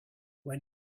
when